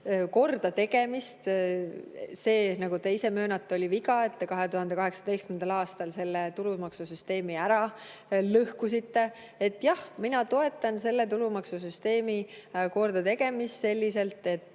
kordategemist. See, nagu te ise möönate, oli viga, et te 2018. aastal tulumaksusüsteemi ära lõhkusite. Jah, mina toetan tulumaksusüsteemi kordategemist selliselt, et